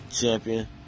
champion